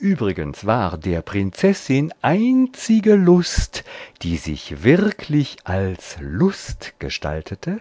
übrigens war der prinzessin einzige lust die sich wirklich als lust gestaltete